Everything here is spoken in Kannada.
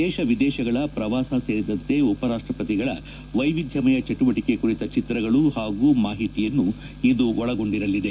ದೇಶ ವಿದೇಶಗಳ ಶ್ರವಾಸ ಸೇರಿದಂತೆ ಉಪ ರಾಷ್ಷವತಿಗಳ ವೈವಿಧ್ಯಮಯ ಚಟುವಟಿಕೆ ಕುರಿತ ಚಿತ್ರಗಳು ಹಾಗೂ ಮಾಹಿತಿಯನ್ನು ಇದು ಒಳಗೊಂಡಿರಲಿದೆ